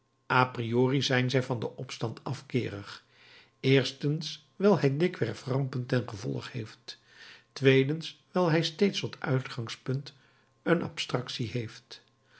zijn zij van den opstand afkeerig eerstens wijl hij dikwerf rampen ten gevolge heeft tweedens wijl hij steeds tot uitgangspunt een abstractie heeft